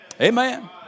Amen